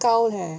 高 leh